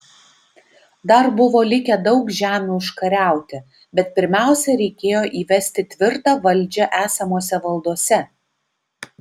dar buvo likę daug žemių užkariauti bet pirmiausia reikėjo įvesti tvirtą valdžią esamose valdose